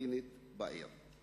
הפלסטינית בעיר.